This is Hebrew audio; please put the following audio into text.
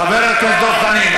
חבר הכנסת דב חנין,